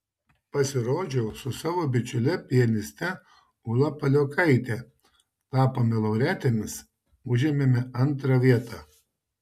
pasirodžiau su savo bičiule pianiste ūla paliokaite tapome laureatėmis užėmėme antrą vietą